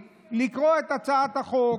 לקרוא את הצעת החוק.